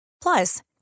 Plus